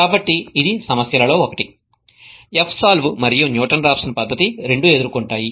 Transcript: కాబట్టి ఇది సమస్యలలో ఒకటి fsolve మరియు న్యూటన్ రాఫ్సన్ పద్ధతి రెండూ ఎదుర్కొంటాయి